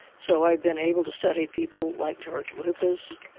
so i've been able to study people like george lucas,